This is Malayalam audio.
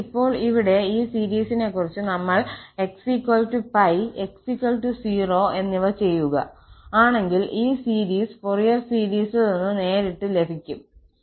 അതിനാൽ ഇപ്പോൾ ഇവിടെ ഈ സീരിസിനെകുറിച്ച് നമ്മൾ x 𝜋 𝑥 0 എന്നിവ ചെയ്യുക ആണെങ്കിൽ ഈ സീരീസ് ഫൊറിയർ സീരിസിൽ നിന്ന് നേരിട്ട് നമുക്ക് ലഭിക്കും